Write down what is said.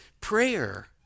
prayer